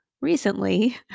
recently